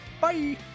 bye